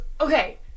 okay